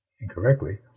Incorrectly